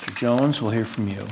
s jones will hear from you